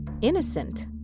innocent